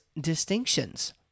distinctions